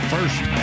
First